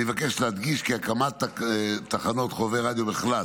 אני אבקש להדגיש כי הקמת תחנות חובבי רדיו בכלל,